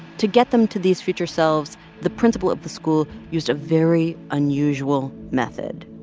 to get them to these future selves, the principal of the school used a very unusual method